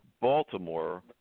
Baltimore